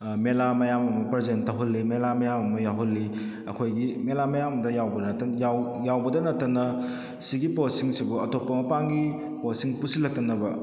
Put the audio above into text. ꯃꯦꯂꯥ ꯃꯌꯥꯝ ꯑꯃ ꯄ꯭ꯔꯖꯦꯟ ꯇꯧꯍꯜꯂꯤ ꯃꯦꯂꯥ ꯃꯌꯥꯝ ꯑꯃ ꯌꯥꯎꯍꯜꯂꯤ ꯑꯩꯈꯣꯏꯒꯤ ꯃꯦꯂꯥ ꯃꯌꯥꯝꯗ ꯌꯥꯎꯕꯗ ꯅꯠꯇꯅ ꯑꯁꯤꯒꯤ ꯄꯣꯠꯁꯤꯡꯁꯤꯕꯨ ꯑꯇꯣꯞꯄ ꯃꯄꯥꯟꯒꯤ ꯄꯣꯠꯁꯤꯡ ꯄꯨꯁꯤꯜꯂꯛꯇꯅꯕ